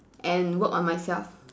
and work on myself